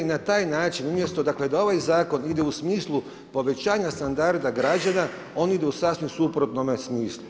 I na taj način, umjesto dakle, da ovaj zakon ide u smislu povećanja standarda građana oni idu u sasvim suprotnome smislu.